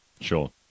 Sure